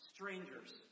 Strangers